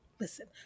Listen